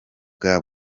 bwa